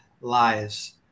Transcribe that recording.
lives